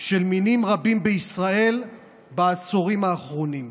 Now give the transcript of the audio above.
של מינים רבים בישראל בעשורים האחרונים.